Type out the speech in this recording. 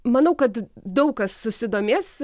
manau kad daug kas susidomės